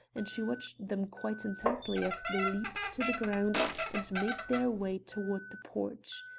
and she watched them quite intently as they leaped to the ground and made their way toward the porch.